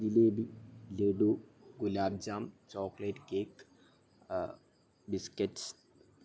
jalebi laddu gulab jamun chocolate cake biscuits